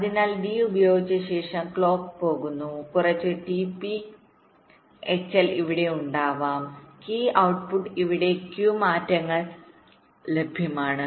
അതിനാൽ ഡി പ്രയോഗിച്ച ശേഷം ക്ലോക്ക് പോകുന്നു കുറച്ച് ടി പി എച്ച്എൽഇവിടെ ഉണ്ടാവാം കീ ഔട്ട്പുട് ഇവിടെ ക്യു മാറ്റങ്ങൾ ലഭ്യമാണ്